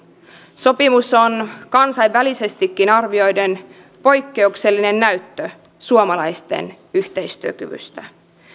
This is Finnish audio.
sopimus on kansainvälisestikin arvioiden poikkeuksellinen näyttö suomalaisten yhteistyökyvystä